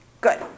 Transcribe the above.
Good